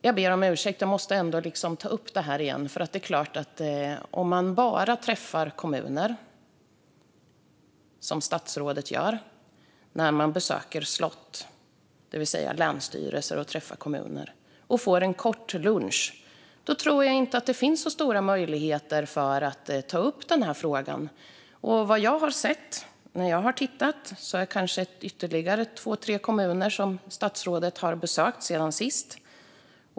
Jag ber om ursäkt, men jag måste ändå ta upp detta igen: Om man som statsrådet gör bara träffar kommuner när man besöker slott, det vill säga länsstyrelser, och får en kort lunch tror jag inte att det finns så stora möjligheter att ta upp den här frågan. Vad jag har sett när jag har tittat är det ytterligare kanske två eller tre kommuner som statsrådet har besökt sedan sist.